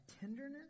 tenderness